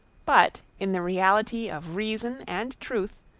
but, in the reality of reason and truth,